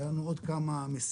היו לנו עוד כמה משימות.